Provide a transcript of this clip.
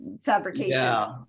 fabrication